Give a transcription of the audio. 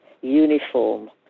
uniform